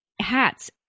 hats